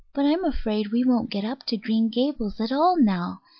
but i'm afraid we won't get up to green gables at all now,